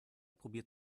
probiert